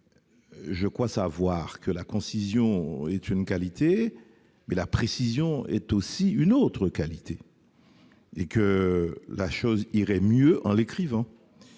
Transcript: Je crois savoir que la concision est une qualité, mais que la précision en est une autre. Très franchement, la chose irait mieux en l'écrivant.